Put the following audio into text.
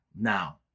now